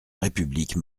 république